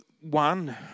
one